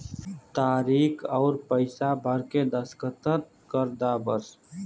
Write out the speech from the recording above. तारीक अउर पइसा भर के दस्खत कर दा बस